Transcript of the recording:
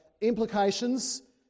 implications